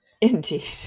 Indeed